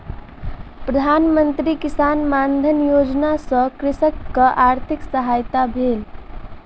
प्रधान मंत्री किसान मानधन योजना सॅ कृषकक आर्थिक सहायता भेल